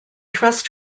trust